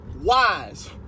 wise